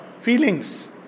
feelings